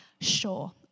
sure